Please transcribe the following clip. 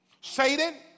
Satan